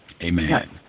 Amen